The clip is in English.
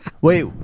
Wait